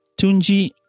tunji